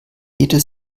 jede